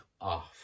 off